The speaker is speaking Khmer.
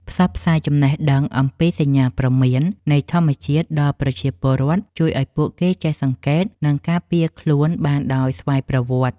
ផ្សព្វផ្សាយចំណេះដឹងអំពីសញ្ញាព្រមាននៃធម្មជាតិដល់ប្រជាពលរដ្ឋជួយឱ្យពួកគេចេះសង្កេត និង ការពារខ្លួនបានដោយស្វ័យប្រវត្តិ។